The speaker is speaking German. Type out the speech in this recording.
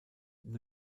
new